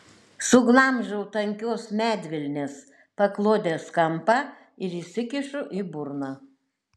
suglamžau tankios medvilnės paklodės kampą ir įsikišu į burną